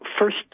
first